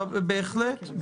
בהחלט.